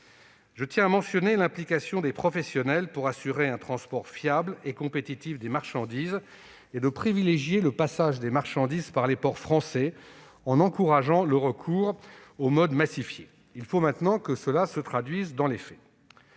Je tiens à mentionner l'implication des professionnels pour assurer un transport fiable et compétitif des marchandises et privilégier le passage des marchandises par les ports français, en encourageant le recours aux modes massifiés. Il faut maintenant que cela se traduise dans les faits.